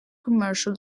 commercial